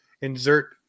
insert